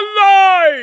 alive